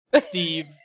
Steve